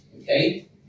Okay